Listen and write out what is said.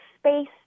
space